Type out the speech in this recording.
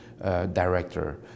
director